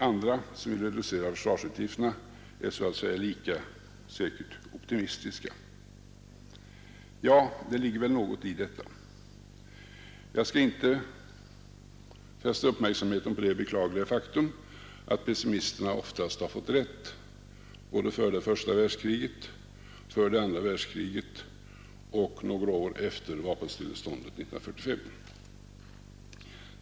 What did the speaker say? Andra som vill reducera försvarsutgifterna är så att säga lika säkert optimistiska. Ja, det ligger väl något i detta. Jag skall inte fästa uppmärksamheten på det beklagliga faktum att pessimisterna oftast har fått rätt, både före det första världskriget, före det andra världskriget och några år efter vapenstilleståndet 1945.